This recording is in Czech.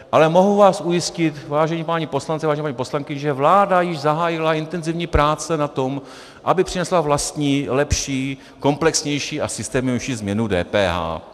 Ale mohu vás ujistit, vážení páni poslanci, vážené paní poslankyně, že vláda již zahájila intenzivní práce na tom, aby přinesla vlastní, lepší, komplexnější a systémovější změnu DPH.